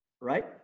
Right